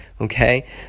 okay